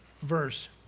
verse